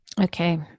okay